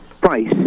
price